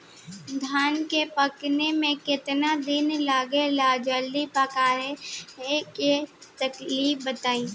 धान के पकने में केतना दिन लागेला जल्दी पकाने के तरीका बा?